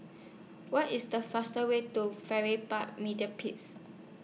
What IS The fastest Way to Farrer Park Mediplex